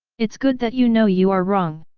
it's good that you know you are wrong.